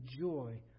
joy